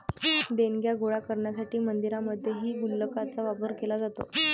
देणग्या गोळा करण्यासाठी मंदिरांमध्येही गुल्लकांचा वापर केला जातो